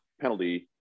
penalty